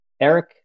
Eric